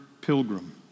pilgrim